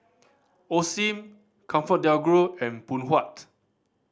Osim ComfortDelGro and Phoon Huat